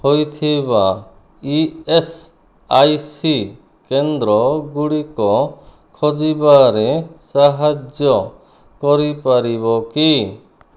ହୋଇଥିବା E S I C କେନ୍ଦ୍ରଗୁଡ଼ିକ ଖୋଜିବାରେ ସାହାଯ୍ୟ କରିପାରିବ କି